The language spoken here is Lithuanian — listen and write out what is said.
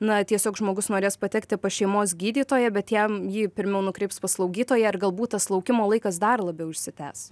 na tiesiog žmogus norės patekti pas šeimos gydytoją bet jam jį pirmiau nukreips pas slaugytoją ir galbūt tas laukimo laikas dar labiau išsitęs